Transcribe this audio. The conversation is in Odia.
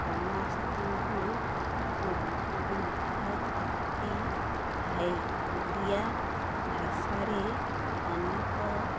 ସମସ୍ତଙ୍କୁ ଥାଏ ଓଡ଼ିଆ ଭାଷାରେ ଅନେକ